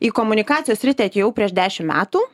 į komunikacijos sritį atėjau prieš dešimt metų